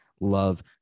love